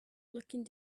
looking